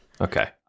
Okay